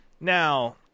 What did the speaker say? Now